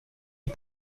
est